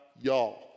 y'all